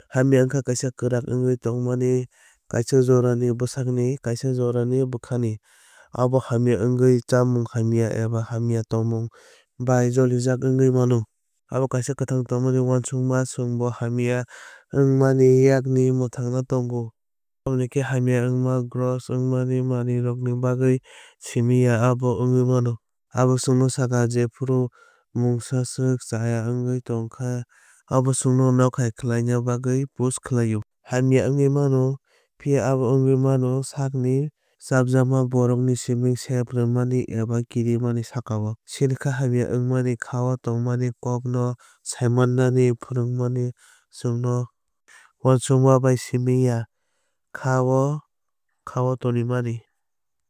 Hamya wngkha kaisa kwrak wngwi tongmani kaisa jorani bwsakni kaisa jorani bwkhani. Abo hamya wngui chamung hamya eba hamya tongmung bai jolijak wngwi mano. Abo kaisa kwthang tongnani uansukma chwngno hamya wngmani yakni mwthangna tongo. Tamoni khe hamya wngkha gross wngmani manwirokni bagwi simi ya abo wngwui mano. Abo chwngno sakha jephuru mungsa swk chaya wngwui tongkha abo chwngno nokhai khlaina bagwi push khlaio. Hamya wngwi mano phiya abo wngwi mano sakni chajakma borokno simi sep rwmani eba kirima ni sakao. Chini khá hamya wngmani khá o tongmani kókno saimannani phwrwngmani chwngno uansukma bai simi ya khá o khá o tongmani.